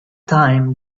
time